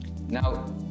Now